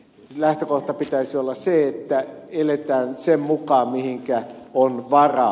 lähtökohdan pitäisi olla se että eletään sen mukaan mihinkä on varaa